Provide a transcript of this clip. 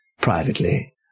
privately